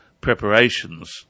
preparations